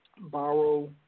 borrow